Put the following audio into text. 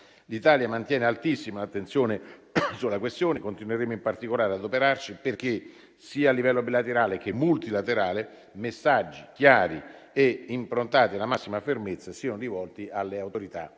L'Italia mantiene altissima l'attenzione sulla questione e continueremo in particolare ad adoperarci perché, sia a livello bilaterale che multilaterale, messaggi chiari e improntati alla massima fermezza siano rivolti alle autorità